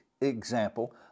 example